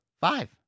Five